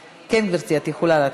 כן, גברתי, את יכולה להתחיל.